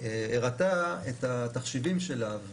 הראתה את התחשיבים שלה.